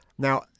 Now